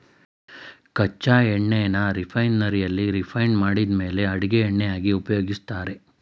ಕಚ್ಚಾ ಎಣ್ಣೆನ ರಿಫೈನರಿಯಲ್ಲಿ ರಿಫೈಂಡ್ ಮಾಡಿದ್ಮೇಲೆ ಅಡಿಗೆ ಎಣ್ಣೆಯನ್ನಾಗಿ ಉಪಯೋಗಿಸ್ತಾರೆ